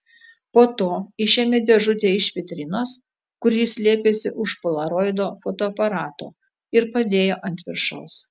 po to išėmė dėžutę iš vitrinos kur ji slėpėsi už polaroido fotoaparato ir padėjo ant viršaus